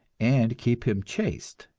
and keep him chaste.